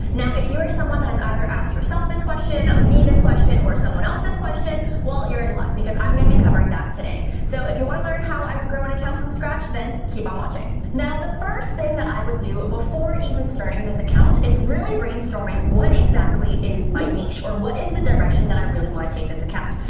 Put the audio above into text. now, if you are someone that has either asked yourself this question, me this question or someone else this question, well you're in luck because i'm going to be covering that today. so if you want to learn how i would grow an account from scratch, then keep on watching. now, the first thing that i would do before even starting this account is really brainstorming what exactly is my niche or what is the direction that i really want to take this account?